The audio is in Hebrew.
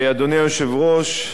אדוני היושב-ראש,